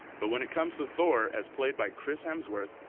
but when it comes to thor, as played by chris hemsworth,